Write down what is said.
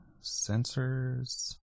sensors